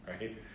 right